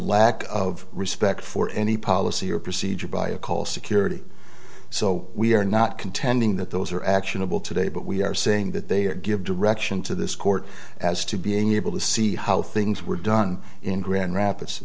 lack of respect for any policy or procedure by a call security so we are not contending that those are actionable today but we are saying that they give direction to this court as to being able to see how things were done in grand rapids